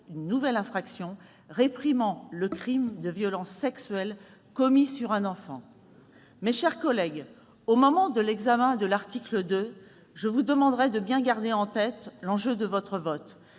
une nouvelle infraction réprimant le crime de violence sexuelle commis sur un enfant ? Mes chers collègues, au moment de l'examen de l'article 2, je vous demanderai de bien avoir à l'esprit l'enjeu de votre vote